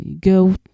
Go